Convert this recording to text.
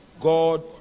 God